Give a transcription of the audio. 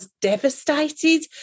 devastated